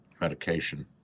medication